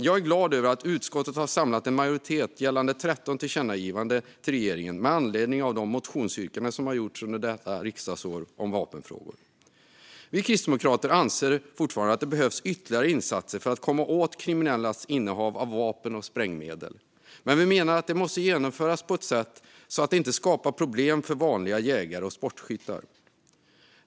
Jag är glad över att en majoritet i utskottet har samlats bakom att föreslå 13 tillkännagivanden till regeringen med anledning av de motionsyrkanden om vapenfrågor som gjorts under detta riksdagsår. Vi kristdemokrater anser fortfarande att det behövs ytterligare insatser för att komma åt kriminellas innehav av vapen och sprängmedel. Men vi menar att det måste genomföras på ett sådant sätt att det inte skapar problem för vanliga jägare och sportskyttar.